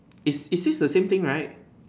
it's it's says the same thing right